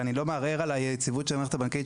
ואני לא מערער על היציבות של המערכת הבנקאית,